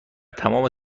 تمام